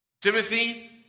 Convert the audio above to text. Timothy